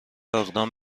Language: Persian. اقدام